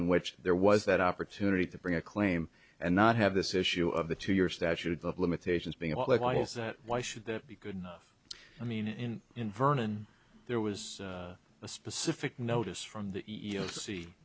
in which there was that opportunity to bring a claim and not have this issue of the two year statute of limitations being about like why is that why should that be good enough i mean in in vernon there was a specific notice from the e